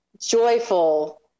joyful